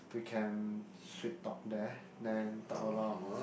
we can sweet talk there then talk a lot about